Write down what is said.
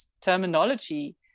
terminology